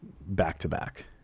back-to-back